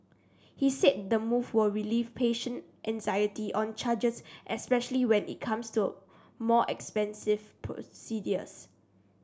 he said the move will relieve patient anxiety on charges especially when it comes to more expensive procedures